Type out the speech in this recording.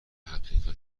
حقیقتا